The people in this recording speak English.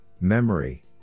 memory